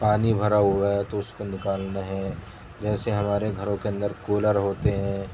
پانی بھرا ہوا ہے تو اس کو نکالنا ہے جیسے ہمارے گھروں کے اندر کولر ہوتے ہیں